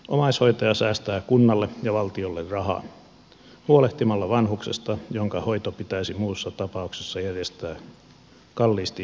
omaishoitaja säästää kunnalle ja valtiolle rahaa huolehtimalla vanhuksesta jonka hoito pitäisi muussa tapauksessa järjestää kalliisti yhteiskunnan varoilla